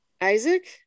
isaac